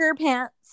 pants